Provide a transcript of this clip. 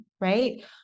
right